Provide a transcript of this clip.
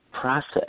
process